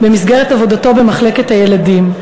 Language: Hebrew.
במסגרת עבודתו במחלקת הילדים.